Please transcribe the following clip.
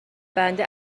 بنده